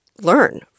learn